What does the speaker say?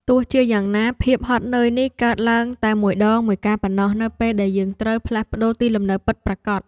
ទោះជាយ៉ាងណាភាពហត់នឿយនេះកើតឡើងតែមួយដងមួយកាលប៉ុណ្ណោះនៅពេលដែលយើងត្រូវផ្លាស់ប្ដូរទីលំនៅពិតប្រាកដ។